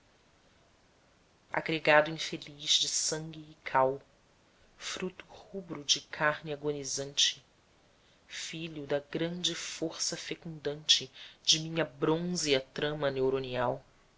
agregado infeliz de sangue e cal fruto rubro de carne agonizante filho da grande força fecundante de minha brônzea trama neuronial